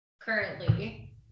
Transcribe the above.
currently